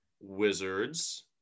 Wizards